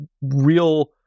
real